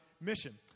mission